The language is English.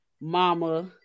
mama